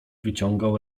wyciągał